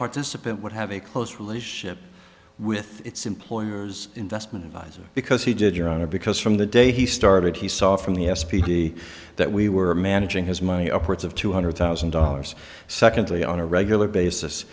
participant would have a close relationship with its employer's investment advisor because he did your honor because from the day he started he saw from the s p d that we were managing his money upwards of two hundred thousand dollars secondly on a regular basis